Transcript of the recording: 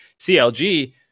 CLG